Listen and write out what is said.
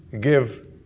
give